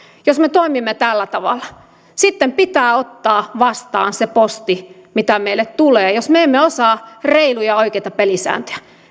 jos me toimimme tällä tavalla sitten pitää ottaa vastaan se posti mitä meille tulee jos me emme osaa reiluja ja oikeita pelisääntöjä